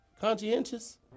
Conscientious